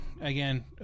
again